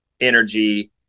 energy